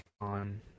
on